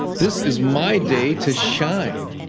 this is my day to shine.